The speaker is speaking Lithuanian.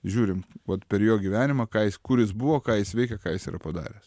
žiūrim vat per jo gyvenimą ką jis kur jis buvo ką jis veikė ką jis yra padaręs